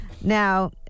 Now